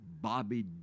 Bobby